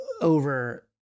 over